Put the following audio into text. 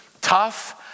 Tough